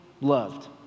loved